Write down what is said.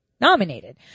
nominated